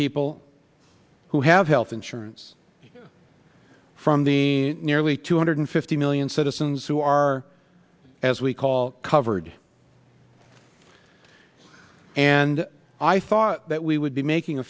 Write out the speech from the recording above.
people who have health insurance from the nearly two hundred fifty million citizens who are as we call covered and i thought that we would be making a